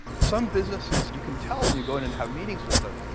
some businesses, you can tell when you go in and have meetings with them,